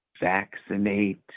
vaccinate